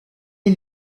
est